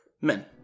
men